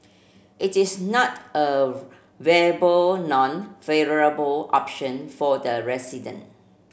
it is not a viable nor favourable option for the resident